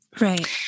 Right